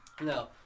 no